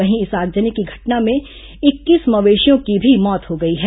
वहीं इस आगजनी की घटना में इक्कीस मवेशियों की भी मौत हो गई है